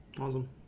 awesome